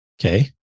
Okay